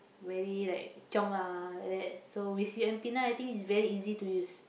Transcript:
very like chiong ah like that so with U_M_P nine I think is very easy to use